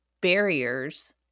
barriers